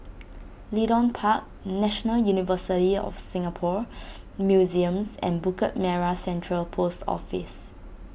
Leedon Park National University of Singapore Museums and Bukit Merah Central Post Office